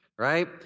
right